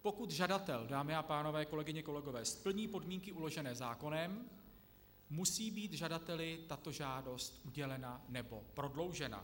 Pokud žadatel, dámy a pánové, kolegyně, kolegové, splní podmínky uložené zákonem, musí být žadateli tato žádost udělena nebo prodloužena.